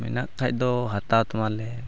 ᱢᱮᱱᱟᱜ ᱠᱷᱟᱱ ᱫᱚ ᱦᱟᱛᱟᱣ ᱛᱟᱢᱟᱞᱮ